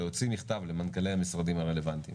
להוציא מכתב למנכ"לי המשרדים הרלוונטיים